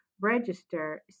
register